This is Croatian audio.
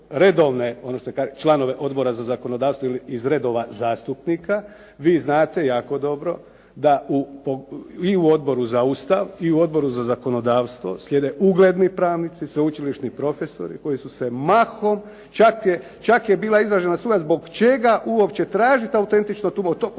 kaže članove Odbora za zakonodavstvo ili iz redova zastupnika. Vi znate jako dobro da i u Odboru za Ustav i u Odboru za zakonodavstvo sjede ugledni pravnici, sveučilišni profesori koji su se mahom, čak je bila izražena sumnja zbog čega uopće tražiti autentično tumačenje,